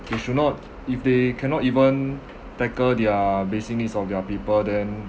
they should not if they cannot even tackle their basic needs of their people then